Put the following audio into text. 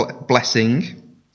blessing